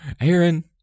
Aaron